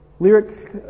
Lyric